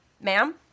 ma'am